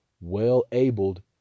well-abled